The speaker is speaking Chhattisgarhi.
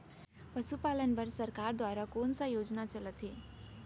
पशुपालन बर सरकार दुवारा कोन स योजना चलत हे?